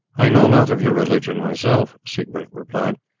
i know not of your religion myself, siegbert replied,